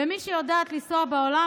ומי שיודעת לנסוע בעולם,